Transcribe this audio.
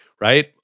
right